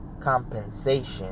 compensation